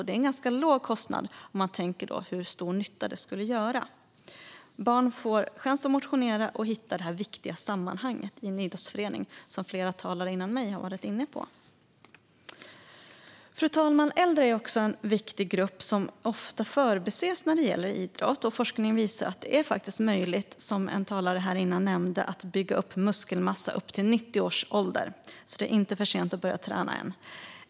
Det är en ganska låg kostnad om man tänker på hur stor nytta de skulle göra. Barn får chans att motionera och hitta det viktiga sammanhanget i en idrottsförening, som flera talare före mig har varit inne på. Fru talman! Äldre är en viktig grupp som ofta förbises när det gäller idrott. Forskning visar, som en talare nämnde innan, att det är möjligt att bygga muskelmassa upp till 90 års ålder. Det är alltså inte för sent att börja träna.